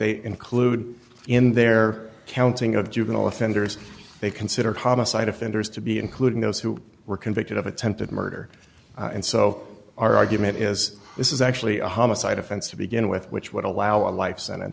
they include in their counting of juvenile offenders they consider homicide offenders to be including those who were convicted of attempted murder and so our argument is this is actually a homicide offense to begin with which would allow a life sentence